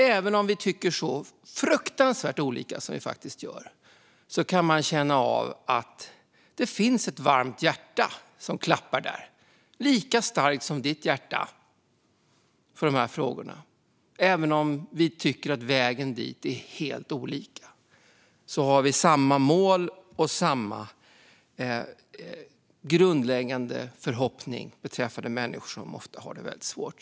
Även om vi tycker så fruktansvärt olika som vi faktiskt gör kan man känna av att det finns ett varmt hjärta som klappar där. Det är ditt hjärta, som klappar lika starkt som mitt för de här frågorna. Även om vi tycker helt olika om vägen dit har vi samma mål och samma grundläggande förhoppning beträffande människor som har det svårt.